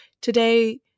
Today